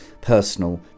personal